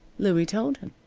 louie told him.